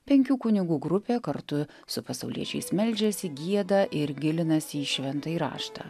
penkių kunigų grupė kartu su pasauliečiais meldžiasi gieda ir gilinasi į šventąjį raštą